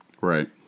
Right